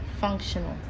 functional